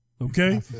Okay